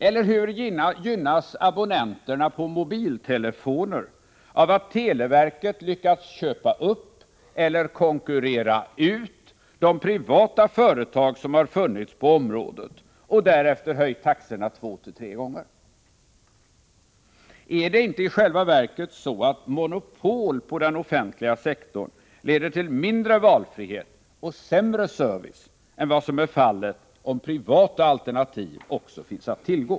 Eller hur gynnas abonnenterna på mobiltelefoner av att televerket lyckats köpa upp eller konkurrera ut de privata företag som har funnits på området, för att därefter höja taxorna två till tre gånger? Är det inte i själva verket så, att monopol på den offentliga sektorn leder till mindre valfrihet och sämre service än vad som är fallet om privata alternativ också finns att tillgå?